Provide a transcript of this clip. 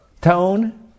tone